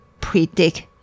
predict